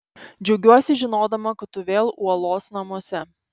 džiaugiuosi žinodama kad tu vėl uolos namuose